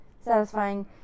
satisfying